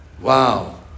Wow